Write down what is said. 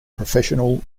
professional